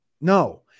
no